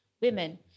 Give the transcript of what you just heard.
Women